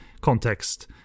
context